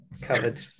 covered